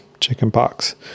chickenpox